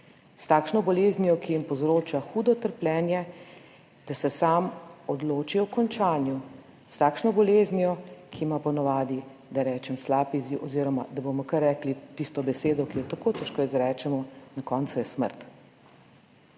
s takšno boleznijo, ki jim povzroča hudo trpljenje, da se sam odloči o končanju, s takšno boleznijo, ki ima po navadi, da rečem, slab izziv oziroma da bomo kar rekli tisto besedo, ki jo tako težko izrečemo na koncu, je smrt.